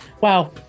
Wow